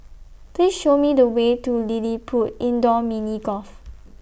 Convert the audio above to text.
Please Show Me The Way to LilliPutt Indoor Mini Golf